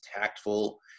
tactful